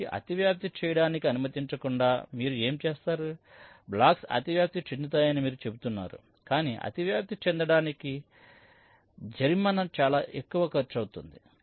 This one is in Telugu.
కాబట్టి అతివ్యాప్తి చేయడానికి అనుమతించకుండా మీరు ఏమి చేస్తారు బ్లాక్స్ అతివ్యాప్తి చెందుతాయని మీరు చెబుతున్నారు కానీ అతివ్యాప్తి చెందడానికి జరిమానా చాలా ఎక్కువ ఖర్చు అవుతుంది